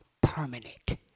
permanent